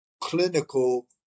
clinical